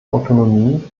autonomie